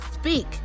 speak